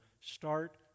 start